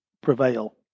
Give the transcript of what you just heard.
prevail